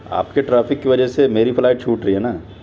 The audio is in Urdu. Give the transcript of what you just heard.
آپ کے ٹریفک کی وجہ سے میری فلائٹ چھوٹ رہی ہے نا